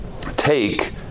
take